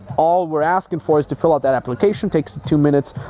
all we're asking for is to fill out that application, takes two minutes,